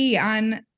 on